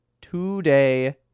today